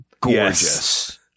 gorgeous